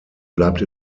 bleibt